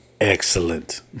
excellent